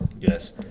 Yes